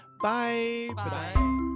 Bye